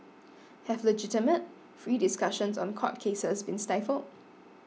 have legitimate free discussions on court cases been stifled